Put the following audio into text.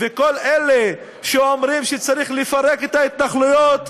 וכל אלה שאומרים שצריך לפרק את ההתנחלויות,